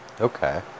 Okay